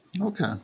Okay